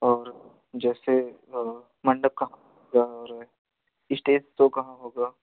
और जैसे मंडप कहाँ और इस्टेज सो कहाँ होगा